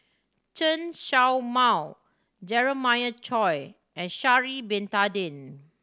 Chen Show Mao Jeremiah Choy and Sha'ari Bin Tadin